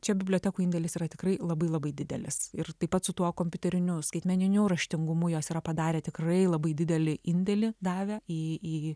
čia bibliotekų indėlis yra tikrai labai labai didelis ir taip pat su tuo kompiuteriniu skaitmeniniu raštingumu jos yra padarę tikrai labai didelį indėlį davė į į